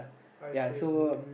I say